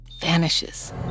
vanishes